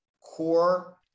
core